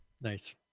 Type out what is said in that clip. nice